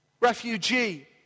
refugee